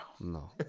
no